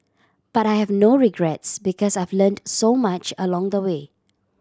but I have no regrets because I've learnt so much along the way